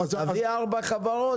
תביא ארבע חברות,